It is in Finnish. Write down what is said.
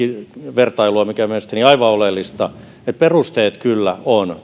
vertailua mikä mielestäni on aivan oleellista niin että perusteet kyllä on